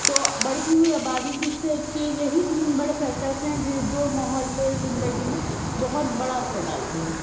تو بڑھتی ہوئی آبادی کے سے کے یہی تین بڑے فیکٹرس ہیں جو ماحول پر زندگی میں بہت بڑا اثرڈالتے ہیں